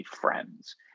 friends